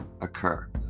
occur